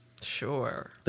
Sure